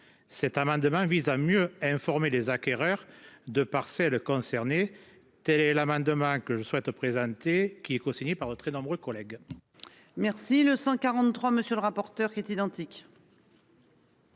Cet amendement vise à mieux informer les acquéreurs de parcelles concernées. Tu es la main demain que je souhaite présenter qui est co-signé par très nombreux collègues.